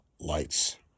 lights